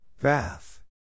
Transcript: Bath